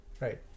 Right